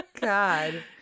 God